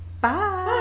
bye